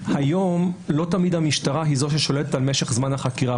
שהיום לא תמיד המשטרה היא זו ששולטת על משך זמן החקירה,